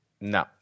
No